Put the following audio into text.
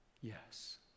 Yes